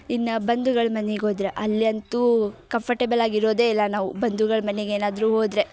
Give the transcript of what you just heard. ಇನ್ನೂ ಬಂಧುಗಳು ಮನಿಗೆ ಹೋದ್ರೆ ಅಲ್ಲಿ ಅಂತೂ ಕಂಫರ್ಟೇಬಲ್ ಆಗಿರೋದೇ ಇಲ್ಲ ನಾವು ಬಂಧುಗಳು ಮನೆಗೆ ಏನಾದರು ಹೋದ್ರೆ